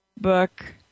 book